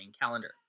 calendar